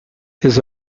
his